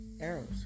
arrows